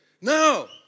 No